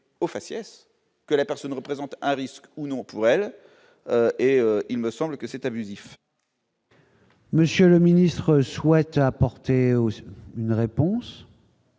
au faciès, que la personne représente un risque ou non, pour elle, et il me semble que c'est abusif. Monsieur le ministre souhaite apporter aussi une réponse.